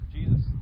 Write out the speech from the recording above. Jesus